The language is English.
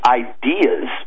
ideas